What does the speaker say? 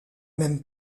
même